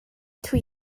توی